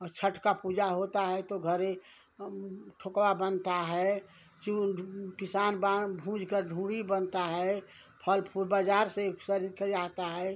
और छठ का पूजा होता है तो घरे ठोकवा बनता है चूर पिसान बान भूँजकर ढूड़ी बनता है फल फूल बाज़ार से सरिफ आता है